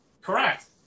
correct